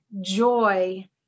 joy